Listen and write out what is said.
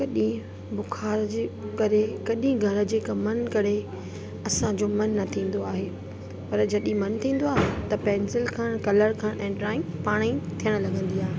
हिकु ॾींहुं बुख़ार जे करे कॾहिं घर जे कमनि करे असांजो मनु न थींदो आहे पर जॾहिं मनु थींदो आहे त पैंसिल खण कलर खण ऐं ड्रॉइंग पाणे ई थियण लॻंदी आहे